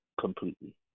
completely